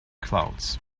clouds